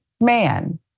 man